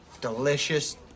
delicious